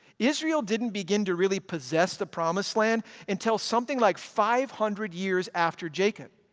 israel didn't begin to really possess the promised land until something like five hundred years after jacob.